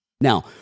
Now